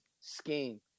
scheme